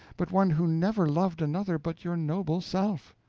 but one who never loved another but your noble self.